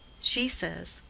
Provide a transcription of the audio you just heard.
she says,